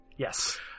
Yes